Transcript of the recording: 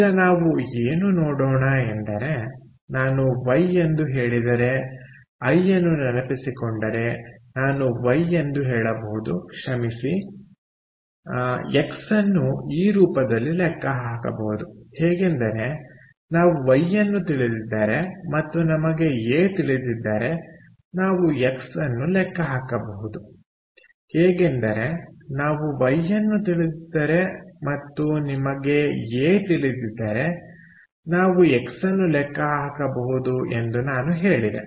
ಈಗ ನಾವು ಏನು ನೋಡೋಣ ಎಂದರೆ ನಾನು ವೈ ಎಂದು ಹೇಳಿದರೆ ಐ ಅನ್ನು ನೆನಪಿಸಿಕೊಂಡರೆ ನಾನು ವೈ ಎಂದು ಹೇಳಬಹುದು ಕ್ಷಮಿಸಿ ಎಕ್ಸ್ ಅನ್ನು ಈ ರೂಪದಲ್ಲಿ ಲೆಕ್ಕಹಾಕಬಹುದು ಹೇಗೆಂದರೆ ನಾವು ವೈ ಅನ್ನು ತಿಳಿದಿದ್ದರೆ ಮತ್ತು ನಿಮಗೆ ಎ ತಿಳಿದಿದ್ದರೆ ನಾವು ಎಕ್ಸ್ ಅನ್ನು ಲೆಕ್ಕ ಹಾಕಬಹುದು ಎಂದು ನಾನು ಹೇಳಿದೆ